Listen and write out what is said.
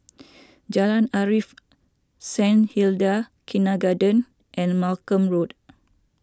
Jalan Arif Saint Hilda's Kindergarten and Malcolm Road